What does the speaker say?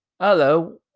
Hello